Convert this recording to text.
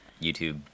YouTube